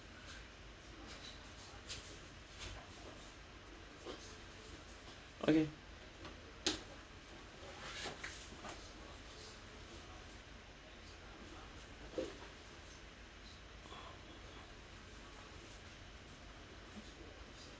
okay